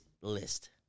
list